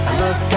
look